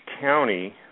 County